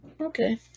Okay